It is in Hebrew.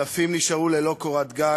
אלפים נשארו ללא קורת גג,